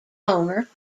owner